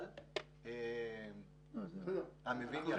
אבל המבין יבין.